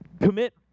commit